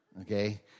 Okay